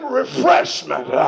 refreshment